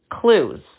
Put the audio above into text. clues